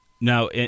Now